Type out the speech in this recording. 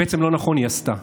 בעצם לא נכון, היא עשתה,